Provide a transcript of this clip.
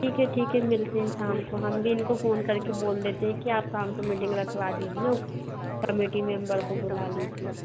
ठीक है ठीक है मिलते हैं शाम को हम भी इनको फोन कर के बोल देते हैं कि आप शाम को मीटिंग रखवा दीजिए कमेटी मेम्बर को बुला लीजिए